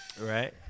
Right